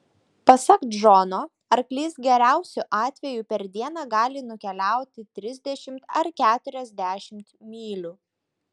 pasak džono arklys geriausiu atveju per dieną gali nukeliauti trisdešimt ar keturiasdešimt mylių